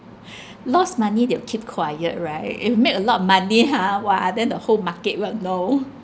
lost money they will keep quiet right if make a lot of money ha !wah! then the whole market will know